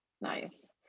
Nice